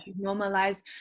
normalize